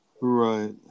Right